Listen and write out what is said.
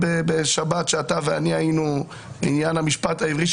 בשבת שאתה ואני היינו בעניין המשפט העברי,